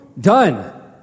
done